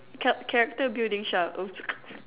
cha~ character building shah oh